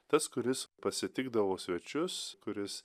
tas kuris pasitikdavo svečius kuris